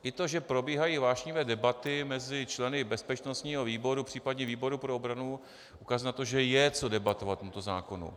I to, že probíhají vášnivé debaty mezi členy bezpečnostního výboru, případně výboru pro obranu, ukazují na to, že je co debatovat k tomuto zákonu.